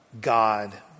God